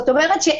זאת אומרת,